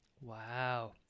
Wow